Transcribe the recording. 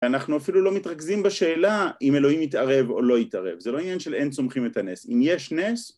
אנחנו אפילו לא מתרכזים בשאלה אם אלוהים יתערב או לא יתערב, זה לא עניין של אין צומחים את הנס, אם יש נס